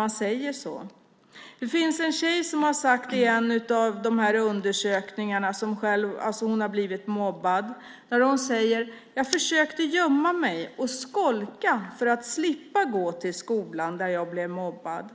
En tjej som hade blivit mobbad sade i en av de här undersökningarna: Jag försökte gömma mig och skolka för att slippa gå till skolan, där jag blev mobbad.